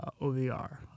ovr